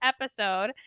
episode